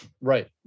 Right